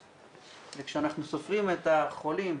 אנחנו עוסקים רק בקורונה וכל השאר ---',